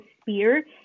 spear